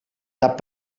cap